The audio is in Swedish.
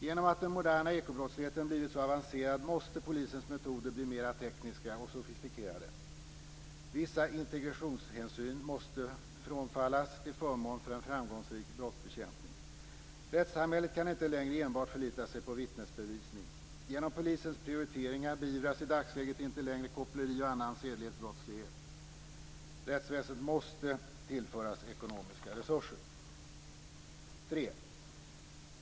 Genom att den moderna ekobrottsligheten blivit så avancerad måste polisens metoder bli mer tekniska och sofistikerade. Vissa integrationshänsyn måste frånfallas till förmån för en framgångsrik brottsbekämpning. Rättssamhället kan inte längre enbart förlita sig på vittnesbevisning. Genom polisens prioriteringar beivras i dagsläget inte längre koppleri och annan sedlighetsbrottslighet. Rättsväsendet måste tillföras ekonomiska resurser. 3.